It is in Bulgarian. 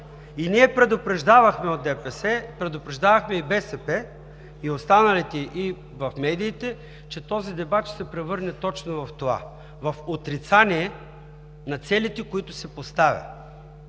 от ДПС предупреждавахме. Предупреждавахме и БСП, и останалите, и в медиите, че този дебат ще се превърне точно в това – в отрицание на целите, които си поставя.